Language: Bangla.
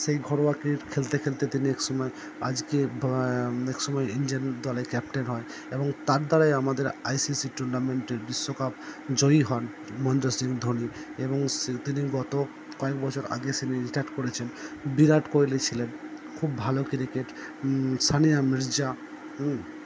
সেই ঘরোয়া ক্রিকেট খেলতে খেলতে তিনি এক সময় আজকে এক সময় ইন্ডিয়ান দলের ক্যাপ্টেন হয় এবং তার দ্বারাই আমাদের আই সি সি টুর্নামেন্টের বিশ্বকাপ জয়ী হন মহেন্দ্র সিং ধোনি এবং তিনি গত কয়েক বছর আগে রিটায়ার্ড করেছেন বিরাট কোহলি ছিলেন খুব ভালো ক্রিকেট সানিয়া মির্জা হুম